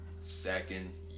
Second